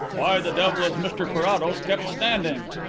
why the devil is mr carrados kept standing?